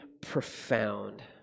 profound